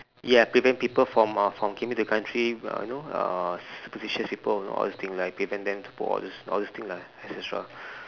ya prevent people from uh from uh came in the country uh you know uh superstitious people you know all this thing like prevent them to put all those all those thing lah etcetra